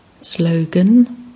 Slogan